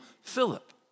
Philip